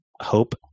hope